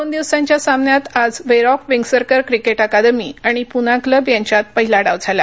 दोन दिवसांच्या सामन्यात आज वेरॉक वेंगसरकर क्रिकेट अकादमी आणि पुना क्लब यांच्यात पहिला डाव झाला